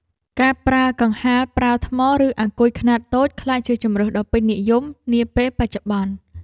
ការប្រើកង្ហារប្រើថ្ម ឬអាគុយខ្នាតតូច ក្លាយជាជម្រើសដ៏ពេញនិយមនាពេលបច្ចុប្បន្ន។